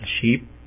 sheep